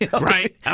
Right